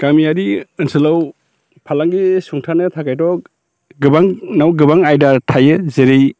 गामियारि ओनसोलाव फालांगि सुंथानाय थाखायथ' गोबांनाव गोबां आयदा थायो जेरै